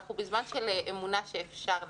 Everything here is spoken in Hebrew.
אנחנו בזמן של אמונה שאפשר לתקן.